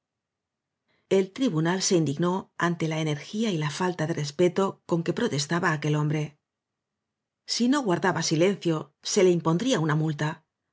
el tribunal se indignó ante la energía y la falta de respeto con que protestaba aquel hombre si no guardaba silencio se le impondría una multa